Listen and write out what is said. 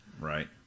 Right